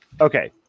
Okay